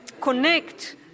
connect